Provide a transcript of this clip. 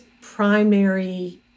primary